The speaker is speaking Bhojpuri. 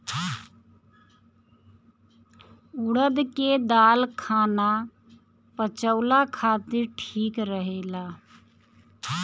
उड़द के दाल खाना पचावला खातिर ठीक रहेला